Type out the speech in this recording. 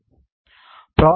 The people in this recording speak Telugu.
మొదటి వాక్యం ముఖ్యం